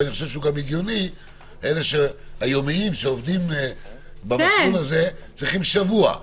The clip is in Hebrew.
ואני חושב שגם הגיוני - היומיים שעובדים במסלול הזה צריכים שבוע.